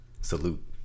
Salute